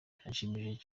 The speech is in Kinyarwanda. birashimishije